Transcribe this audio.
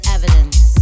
Evidence